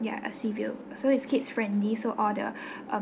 ya a sea view so it's kids friendly so all the